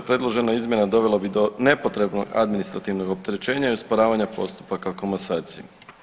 Predložena izmjena dovela bi do nepotrebnog administrativnog opterećenja i usporavanja postupaka komasacije.